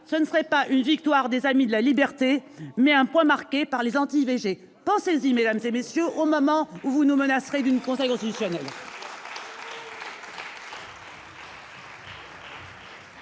Ce serait non pas une victoire des amis de la liberté, mais un point marqué par les anti-IVG. Pensez-y, mesdames, messieurs les sénateurs, au moment où vous nous menacerez d'une censure du Conseil